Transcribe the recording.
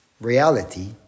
reality